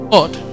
Lord